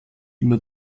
immer